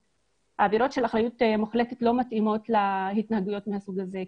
שעבירות של אחריות מוחלטת לא מתאימות להתנהגויות מהסוג הזה.